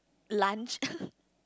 lunch